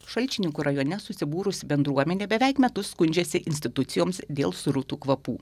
šalčininkų rajone susibūrusi bendruomenė beveik metus skundžiasi institucijoms dėl srutų kvapų